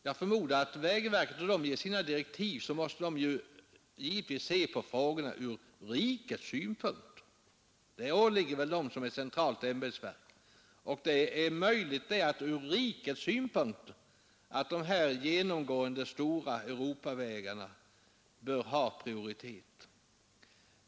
Jag förmodar att vägverket i enlighet med direktiven för sin verksamhet givetvis måste se på frågorna ur rikets synpunkt. Det åligger väl ett centralt ämbetsverk, och det är möjligt att ur rikets synpunkt bör de genomgående stora Europavägarna ha prioritet.